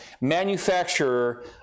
manufacturer